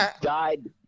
died